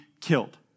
killed